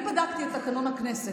אני בדקתי את תקנון הכנסת.